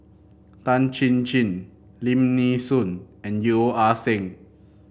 Tan Chin Chin Lim Nee Soon and Yeo Ah Seng